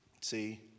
See